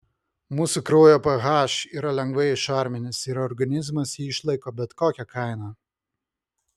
mūsų kraujo ph yra lengvai šarminis ir organizmas jį išlaiko bet kokia kaina